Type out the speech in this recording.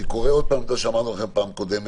אני קורא עוד פעם את מה שאמרנו לכם בפעם הקודמת,